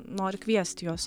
nori kviest juos